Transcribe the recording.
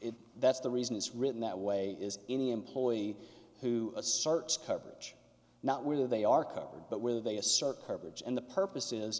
if that's the reason it's written that way is any employee who asserts coverage not whether they are covered but where they assert coverage and the purpose